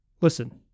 Listen